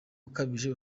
ukabije